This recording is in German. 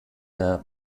der